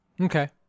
Okay